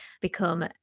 become